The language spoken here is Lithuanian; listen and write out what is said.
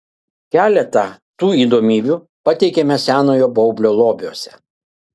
keletą tų įdomybių ir pateikiame senojo baublio lobiuose